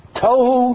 tohu